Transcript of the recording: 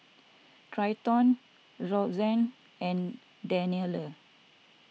Treyton Roxane and Daniela